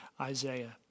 Isaiah